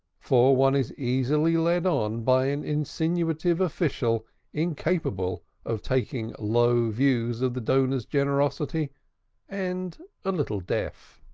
for one is easily led on by an insinuative official incapable of taking low views of the donor's generosity and a little deaf.